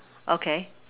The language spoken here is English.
okay